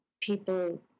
People